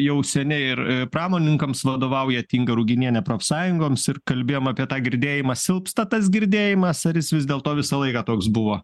jau seniai ir e pramonininkams vadovaujat inga ruginienė profsąjungoms ir kalbėjom apie tą girdėjimą silpsta tas girdėjimas ar jis vis dėlto visą laiką toks buvo